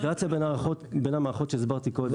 האינטגרציה בין המערכות שהסברתי קודם,